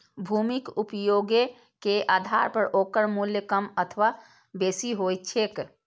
भूमिक उपयोगे के आधार पर ओकर मूल्य कम अथवा बेसी होइत छैक